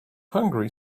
hungry